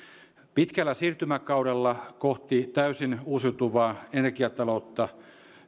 pitkällä siirtymäkaudella kohti täysin uusiutuvaa energiataloutta